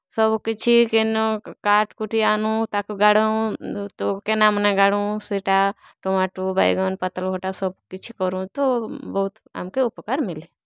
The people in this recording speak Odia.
ସବୁ କିଛି କିନୁ କାଠ୍ କୁଟି ଆନୁ ତାକୁ ଗାଢ଼ଉଁ ତୋ କେନାମନେ ଗାଢ଼ଉଁ ସେଟା ଟମାଟୋ ବାଇଗନ୍ ପାତଲ୍ଘଣ୍ଟା ସବ୍ କିଛି କରୁଁ ତୋ ବହୁତ୍ ଆମ୍କେ ଉପକାର୍ ମିଲେ